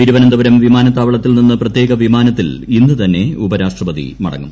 തിരുവനന്തപുരം വിമാനത്താവളത്തീൽ നിന്ന് പ്രത്യേക വിമാനത്തിൽ ഇന്ന് തന്നെ ഉപരാഷ്ട്രപതി മുട്ടിങ്ങും